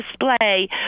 display